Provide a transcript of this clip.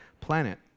planet